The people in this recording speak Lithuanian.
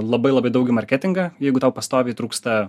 labai labai daug į marketingą jeigu tau pastoviai trūksta